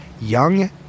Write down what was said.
young